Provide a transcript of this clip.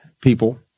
people